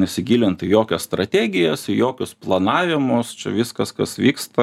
nesigilint į jokias strategijas į jokius planavimus čia viskas kas vyksta